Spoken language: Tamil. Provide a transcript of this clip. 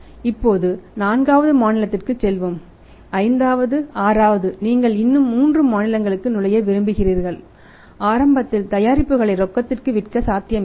இப்போது நான்காவது மாநிலத்திற்குச் செல்வோம் 5 வது 6 வது நீங்கள் இன்னும் மூன்று மாநிலங்களுக்குள் நுழைய விரும்புகிறீர்கள் ஆரம்பத்தில் தயாரிப்புகளை ரொக்கத்திற்கு விற்க சாத்தியமில்லை